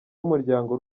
w’umuryango